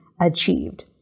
achieved